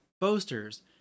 boasters